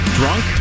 drunk